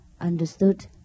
understood